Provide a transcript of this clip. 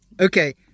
Okay